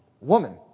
woman